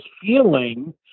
feeling